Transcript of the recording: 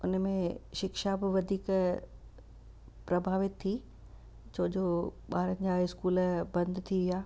उन में शिक्षा बि वधीक प्रभावित थी छोजो ॿारनि जा इस्कूल बंदि थी विया